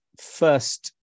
first